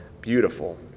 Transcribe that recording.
beautiful